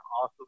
awesome